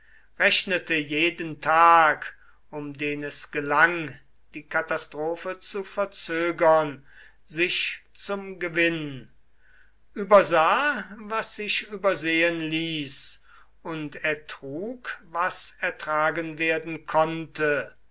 rechnete jeden tag um den es gelang die katastrophe zu verzögern sich zum gewinn übersah was sich übersehen ließ und ertrug was ertragen werden konnte